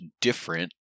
different